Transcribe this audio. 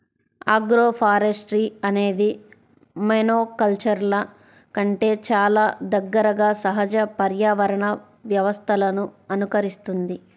agroforestry అనేది మోనోకల్చర్ల కంటే చాలా దగ్గరగా సహజ పర్యావరణ వ్యవస్థలను అనుకరిస్తుంది